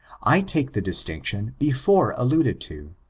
i take the distinction before alluded to,